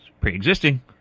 pre-existing